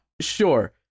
Sure